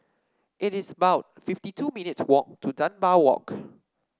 it is about fifty two minutes' walk to Dunbar Walk